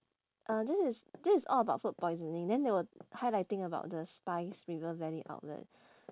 uh this is this is all about food poisoning then they were highlighting about the spize river valley outlet